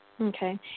Okay